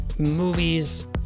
movies